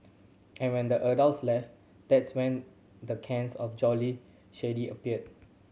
and when the adults left that's when the cans of Jolly Shandy appear